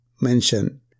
mention